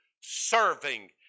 serving